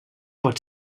pot